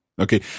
Okay